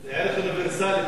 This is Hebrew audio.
זה ערך אוניברסלי.